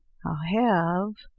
have,